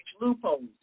loopholes